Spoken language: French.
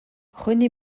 rené